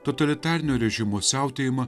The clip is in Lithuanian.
totalitarinio režimo siautėjimą